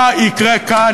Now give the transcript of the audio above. מה יקרה כאן?